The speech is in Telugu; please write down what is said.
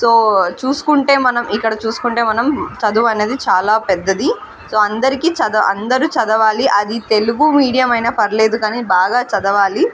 సో చూసుకుంటే మనం ఇక్కడ చూసుకుంటే మనం చదువు అనేది చాలా పెద్దది సో అందరికీ చదవ అందరూ చదవాలి అది తెలుగు మీడియం అయినా పర్లేదు కానీ బాగా చదవాలి